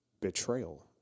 betrayal